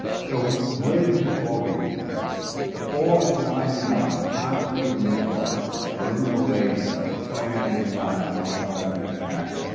so where did this all begin? and the fall of ninety nine hazmi and mihdhar are in malaysia planning the nine eleven attack,